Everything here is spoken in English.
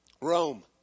Rome